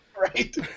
Right